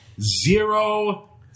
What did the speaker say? zero